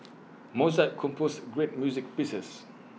Mozart composed great music pieces